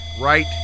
right